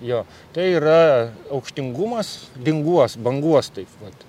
jo tai yra aukštingumas linguos banguos taip vat